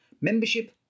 Membership